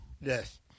Yes